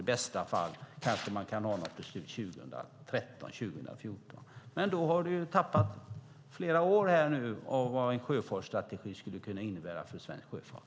I bästa fall kanske man kan ha ett beslut 2013-2014. Men då har man förlorat flera år i fråga om vad en sjöfartsstrategi skulle kunna innebära för svensk sjöfart.